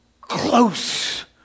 close